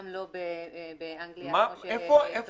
גם לא באנגליה כמו שטוענים.